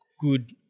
good